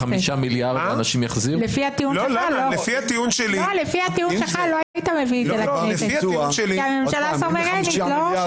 לא היית מביא את זה לכנסת כי הממשלה סוברנית.